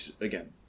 again